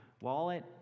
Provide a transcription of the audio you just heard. wallet